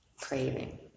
craving